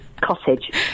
cottage